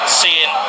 seeing